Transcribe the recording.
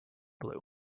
blue